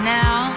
now